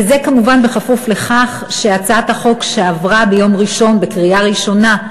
וזה כמובן בכפוף לכך שהצעת החוק שעברה ביום ראשון בקריאה ראשונה,